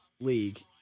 league